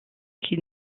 qui